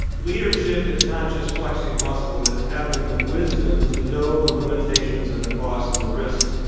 leadership is not just flexing muscle. it is having the wisdom to know the limitations and the costs and the risks,